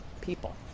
people